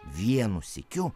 vienu sykiu